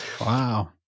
Wow